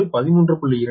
520